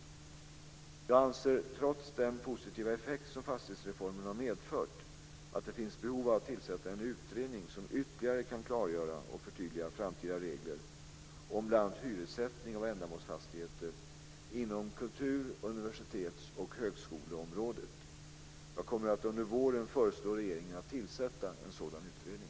Jag anser - trots den positiva effekt som fastighetsreformen har medfört - att det finns behov av att tillsätta en utredning som ytterligare kan klargöra och förtydliga framtida regler om bl.a. hyressättning av ändamålsfastigheter inom kultur-, universitets och högskoleområdet. Jag kommer under våren att föreslå regeringen att tillsätta en sådan utredning.